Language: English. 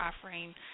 offering